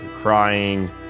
Crying